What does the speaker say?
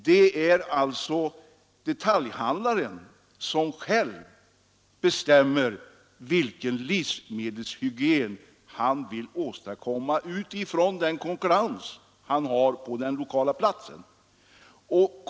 Det är alltså han som själv bestämmer distributionsformer, kanske inte minst utifrån konkurrensläget på platsen.